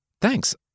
Thanks